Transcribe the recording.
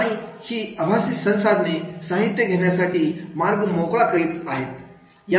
आहे आणि ही आभासी संसाधने साहित्य घेण्यासाठी मार्ग मोकळा करीत असतात